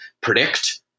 predict